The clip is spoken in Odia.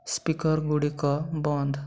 ସ୍ପିକର ଗୁଡ଼ିକ ବନ୍ଦ